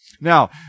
Now